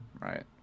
right